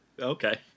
Okay